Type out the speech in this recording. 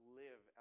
live